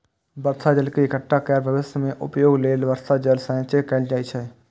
बर्षा जल के इकट्ठा कैर के भविष्य मे उपयोग लेल वर्षा जल संचयन कैल जाइ छै